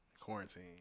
Quarantine